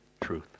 truth